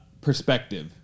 Perspective